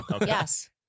Yes